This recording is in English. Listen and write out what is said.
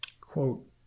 quote